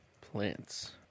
plants